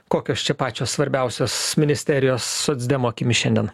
kokios čia pačios svarbiausios ministerijos socdemų akimis šiandien